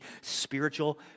spiritual